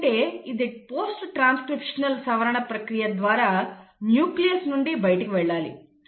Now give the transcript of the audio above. ఎందుకంటే ఇది post transcriptional సవరణ ప్రక్రియ ద్వారా న్యూక్లియస్ నుండి బయటకు వెళ్లాలి